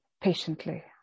Patiently